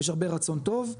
יש הרבה רצון טוב.